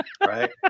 right